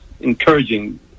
encouraging